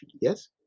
yes